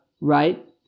right